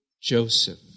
Joseph